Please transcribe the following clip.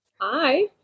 Hi